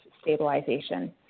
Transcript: stabilization